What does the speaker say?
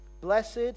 Blessed